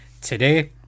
today